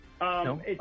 No